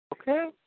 Okay